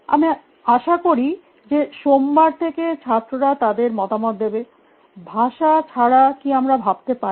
আমি আশা করি যে সোমবার থেকে ছাত্ররা তাদের মতামত দেবে ভাষা ছাড়া কী আমরা ভাবতে পারি